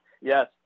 Yes